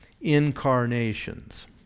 incarnations